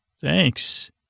Thanks